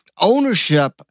ownership